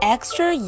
Extra